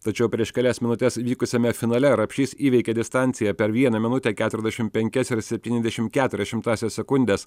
tačiau prieš kelias minutes vykusiame finale rapšys įveikė distanciją per vieną minutę keturiasdešim penkias ir septyniasdešim keturias šimtąsias sekundės